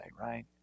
right